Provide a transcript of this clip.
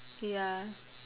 ya